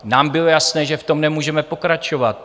Nám bylo jasné, že v tom nemůžeme pokračovat.